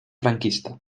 franquista